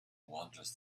wanders